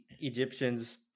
Egyptians